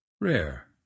Rare